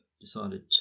decided